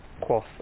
quoth